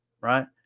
right